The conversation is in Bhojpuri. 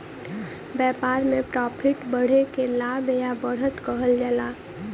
व्यापार में प्रॉफिट बढ़े के लाभ या बढ़त कहल जाला